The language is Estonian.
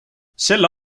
selle